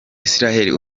israel